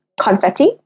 confetti